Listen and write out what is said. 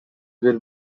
бир